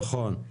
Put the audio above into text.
כן,